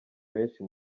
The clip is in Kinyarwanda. benshi